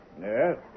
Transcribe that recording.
Yes